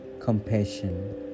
compassion